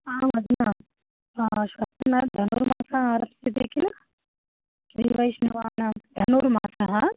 आम् अधुना श्वस्तन धनुर्मासः अस्ति किल श्रीवैष्णवानां धनुर्मासः